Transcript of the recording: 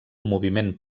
moviment